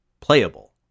playable